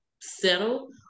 settle